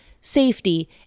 safety